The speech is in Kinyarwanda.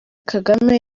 kagame